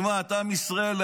עם ישראל,